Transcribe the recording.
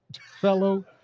fellow